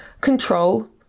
control